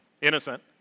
innocent